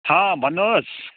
हँ भन्नुहोस्